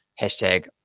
hashtag